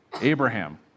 Abraham